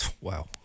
Wow